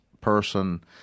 person